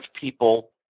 people